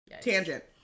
Tangent